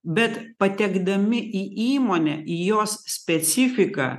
bet patekdami į įmonę į jos specifiką